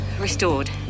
restored